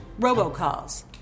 robocalls